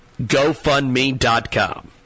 GoFundMe.com